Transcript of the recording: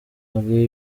hari